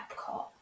Epcot